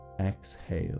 exhale